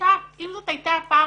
אם זאת הייתה הפעם